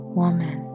woman